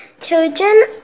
children